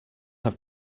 have